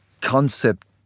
concept